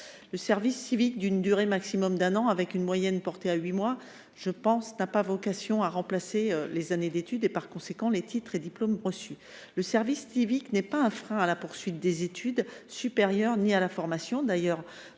Le service civique, d’une durée d’un an maximum – sa durée moyenne est de huit mois –, n’a pas vocation à remplacer des années d’études et par conséquent les titres et diplômes reçus. Le service civique n’est pas un frein à la poursuite des études supérieures ni à la formation et il